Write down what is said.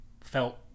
felt